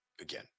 again